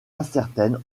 incertaine